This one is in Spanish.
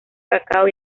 cacao